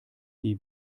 die